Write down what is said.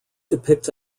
depicts